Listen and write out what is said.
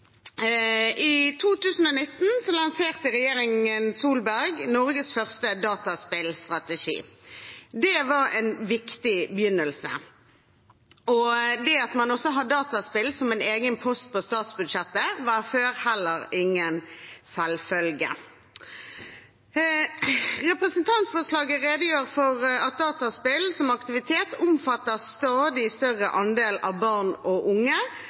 I 2019 lanserte regjeringen Solberg Norges første dataspillstrategi. Det var en viktig begynnelse, og det å ha dataspill som en egen post på statsbudsjettet var heller ingen selvfølge før. Representantforslaget redegjør for at dataspill som aktivitet omfatter en stadig større andel av barn og unge